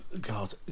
God